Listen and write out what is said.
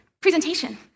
presentation